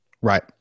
Right